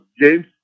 James